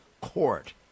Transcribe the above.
Court